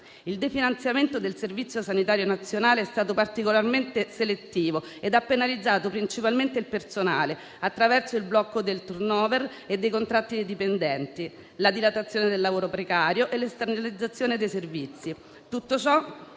Il definanziamento del Servizio sanitario nazionale è stato particolarmente selettivo ed ha penalizzato principalmente il personale attraverso il blocco del *turnover* e dei contratti dei dipendenti, la dilatazione del lavoro precario e l'esternalizzazione dei servizi. Di tutto ciò